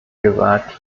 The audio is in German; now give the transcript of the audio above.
gesagt